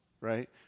right